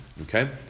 Okay